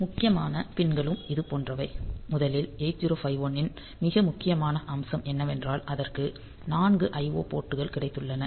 முக்கியமான பின் களும் இதுபோன்றவை முதலில் 8051 இன் மிக முக்கியமான அம்சம் என்னவென்றால் அதற்கு 4 IO போர்ட்கள் கிடைத்துள்ளன